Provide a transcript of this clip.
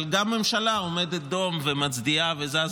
אבל גם הממשלה עומדת דום ומצדיעה וזזה